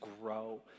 grow